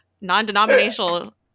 Non-denominational